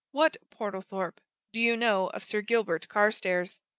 what, portlethorpe, do you know of sir gilbert carstairs?